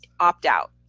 opt out.